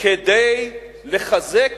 כדי לחזק